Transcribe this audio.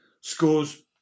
scores